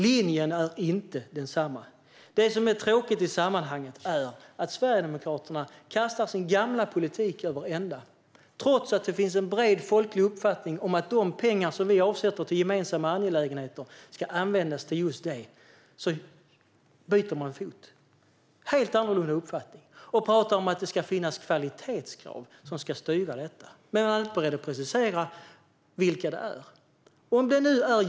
Linjen är inte densamma. Det som är tråkigt i sammanhanget är att Sverigedemokraterna kastar sin gamla politik över ända. Trots att det finns en bred folklig uppfattning att de pengar som vi avsätter till gemensamma angelägenheter ska användas till just detta byter man fot. Man har en helt annan uppfattning och talar om att det ska finnas kvalitetskrav som ska styra detta. Men man är inte beredd att precisera vilka det är.